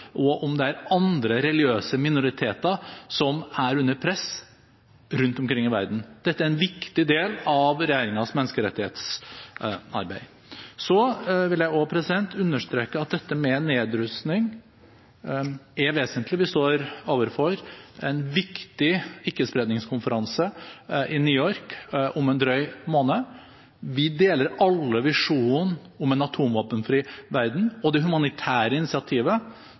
om det er andre religiøse minoriteter som er under press rundt omkring i verden. Dette er en viktig del av regjeringens menneskerettighetsarbeid. Så vil jeg også understreke at dette med nedrustning er vesentlig. Vi står overfor en viktig ikke-spredningskonferanse i New York om en drøy måned. Vi deler alle visjonen om en atomvåpenfri verden. Det humanitære initiativet